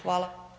Hvala.